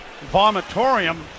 vomitorium